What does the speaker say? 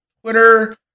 Twitter